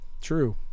True